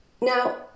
Now